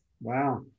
Wow